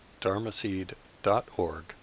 dharmaseed.org